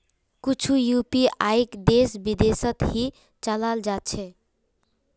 कुछु यूपीआईक देश विशेषत ही चलाल जा छे